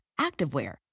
activewear